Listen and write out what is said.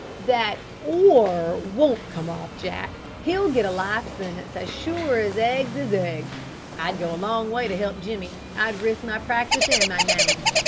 that or won't come off, jack. he'll get a life sentence as sure as eggs is eggs i'd go a long way to help jimmy i'd risk my practice and my name.